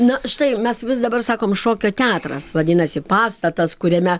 na štai mes vis dabar sakom šokio teatras vadinasi pastatas kuriame